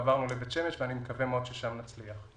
עברנו לבית-שמש, ואני מקווה מאוד ששם נצליח.